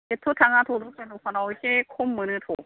एथ' थाङाथ' दस्रा दखानाव एसे खम मोनोथ'